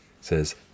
says